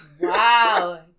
Wow